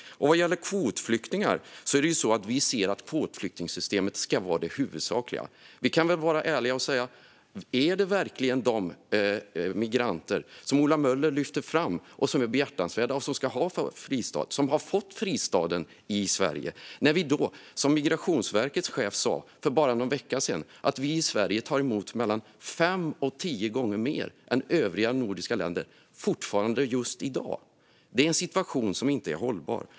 Vad gäller kvotflyktingar ska kvotflyktingsystemet vara det huvudsakliga. Vi kan väl vara ärliga: Är det verkligen de migranter som Ola Möller lyfter fram, som är behjärtansvärda och som ska ha en fristad, som har fått en fristad i Sverige? Migrationsverkets chef sa för bara någon vecka sedan att vi i Sverige fortfarande tar emot mellan fem och tio gånger fler än övriga nordiska länder. Det är en situation som inte är hållbar.